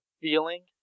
feeling